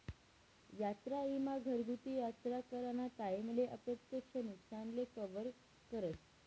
यात्रा ईमा घरगुती यात्रा कराना टाईमले अप्रत्यक्ष नुकसानले कवर करस